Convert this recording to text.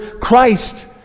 Christ